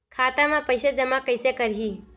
खाता म पईसा जमा कइसे करही?